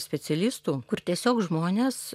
specialistų kur tiesiog žmonės